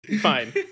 Fine